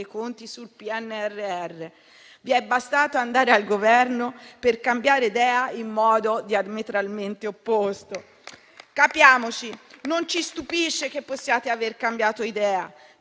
conti sul PNRR. Vi è bastato andare al Governo per cambiare idea, in modo diametralmente opposto. Capiamoci: non ci stupisce che possiate aver cambiato idea;